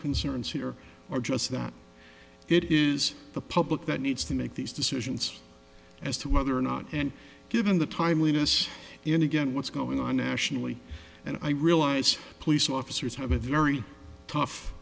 concerns here are just that it is the public that needs to make these decisions as to whether or not and given the timeliness in again what's going on nationally and i realize police officers have a very tough